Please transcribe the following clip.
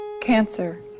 Cancer